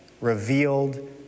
revealed